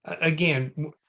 again